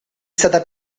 stata